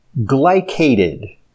glycated